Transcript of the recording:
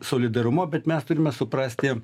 solidarumo bet mes turime suprasti